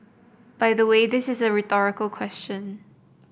by the way this is a rhetorical question